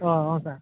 ಹ್ಞೂ ಹ್ಞೂಂ ಸಾ